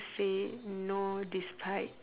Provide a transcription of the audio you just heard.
say no despite